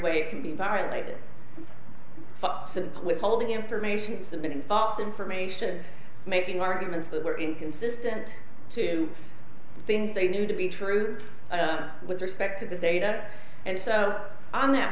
way it can be violated simple withholding information submitting false information making arguments that were inconsistent to things they knew to be true with respect to the data and so on that